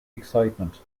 excitement